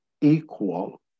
equal